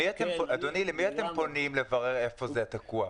אדוני, למי אתם פונים לברר איפה זה תקוע?